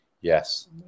Yes